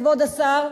כבוד השר,